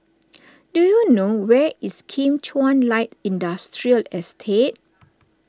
do you know where is Kim Chuan Light Industrial Estate